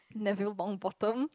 Neville-Longbottom